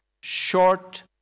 short